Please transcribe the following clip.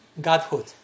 godhood